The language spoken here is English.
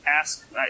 ask